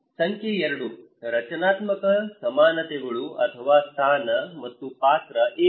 ಸಂಖ್ಯೆ 2 ರಚನಾತ್ಮಕ ಸಮಾನತೆಗಳು ಅಥವಾ ಸ್ಥಾನ ಮತ್ತು ಪಾತ್ರ ಏನು